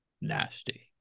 nasty